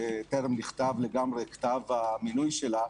שטרם נחתם לגמרי כתב המינוי שלה.